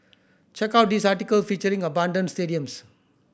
check out this article featuring abandoned stadiums